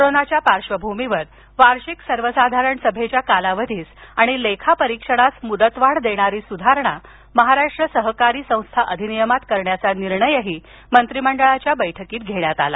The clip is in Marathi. कोरोनाच्या पार्श्वभूमीवर वार्षिक सर्वसाधारण सभेच्या कालावधीस आणि लेखा परीक्षणास मुदतवाढ देणारी सुधारणा महाराष्ट्र सहकारी संस्था अधिनियमात करण्याचा निर्णयही मंत्रिमंडळाच्या बैठकीत घेण्यात आला